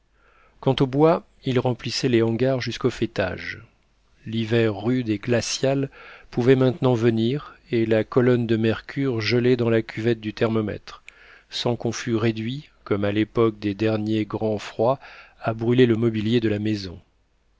quant au bois il remplissait les hangars jusqu'au faîtage l'hiver rude et glacial pouvait maintenant venir et la colonne de mercure geler dans la cuvette du thermomètre sans qu'on fût réduit comme à l'époque des derniers grands froids à brûler le mobilier de la maison